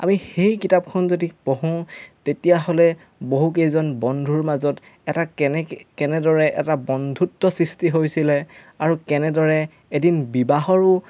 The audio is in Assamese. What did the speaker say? আমি সেই কিতাপখন যদি পঢ়ো তেতিয়াহ'লে বহুকেইজন বন্ধুৰ মাজত এটা কেনেকৈ কেনেদৰে এটা বন্ধুত্ব সৃষ্টি হৈছিলে আৰু কেনেদৰে এদিন বিবাহৰো